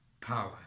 power